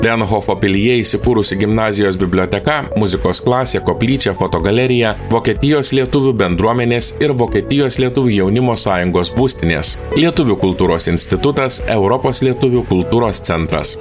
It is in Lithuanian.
renhofo pilyje įsikūrusi gimnazijos biblioteka muzikos klasė koplyčia fotogalerija vokietijos lietuvių bendruomenės ir vokietijos lietuvių jaunimo sąjungos būstinės lietuvių kultūros institutas europos lietuvių kultūros centras